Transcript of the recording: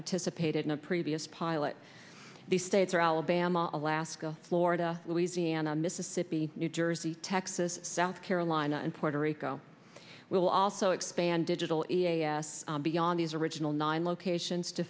participated in a previous pilot the states are alabama alaska florida louisiana mississippi new jersey texas south carolina and puerto rico will also expand digital e a s beyond these original nine locations to